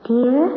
Dear